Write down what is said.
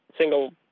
single